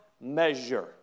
measure